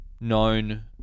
known